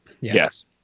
Yes